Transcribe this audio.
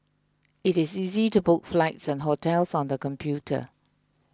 it is easy to book flights and hotels on the computer